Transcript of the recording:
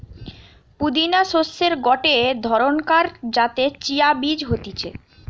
পুদিনা শস্যের গটে ধরণকার যাতে চিয়া বীজ হতিছে